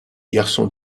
garçon